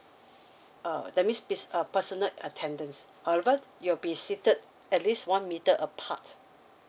uh that means it's a personal attendance however you'll be seated at least one meter apart